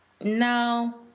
no